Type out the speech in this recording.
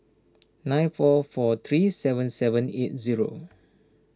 nine four four three seven seven eight zero